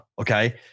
Okay